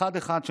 אחד-אחד.